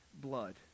blood